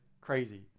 crazy